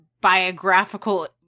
biographical